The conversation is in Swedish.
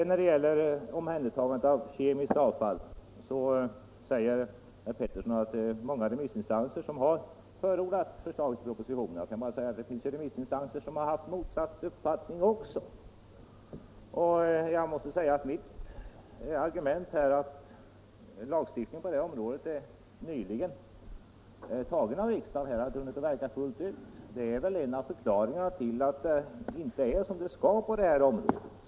När det gäller omhändertagandet av kemiskt avfall säger herr Pettersson att det är många remissinstanser som har förordat förslaget i propositionen. Jag kan då bara svara att det också finns remissinstanser som har haft motsatt uppfattning. Att en lagstiftning på detta område nyligen är antagen av riksdagen, även om den inte hunnit verka fullt ut, är väl en av förklaringarna till att allt ännu inte är som det skall på det här området.